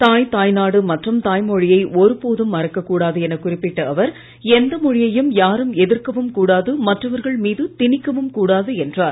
தாய் தாய்நாடு மற்றும் தாய்மொழியை ஒருபோதும் மறக்கக் கூடாது என குறிப்பிட்ட அவர் எந்த மொழியையும் யாரும் எதிர்க்கவும் கூடாது மற்றவர்கள் மீது திணிக்கவும் கூடாது என்றார்